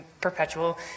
perpetual